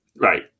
Right